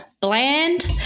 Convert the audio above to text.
bland